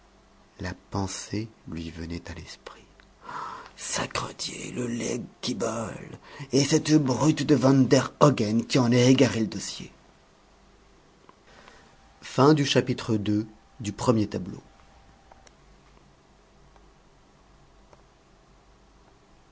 la pensée lui venait à l'esprit sacredié le legs quibolle et cette brute de van der hogen qui en a égaré le dossier